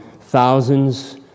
thousands